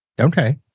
Okay